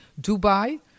Dubai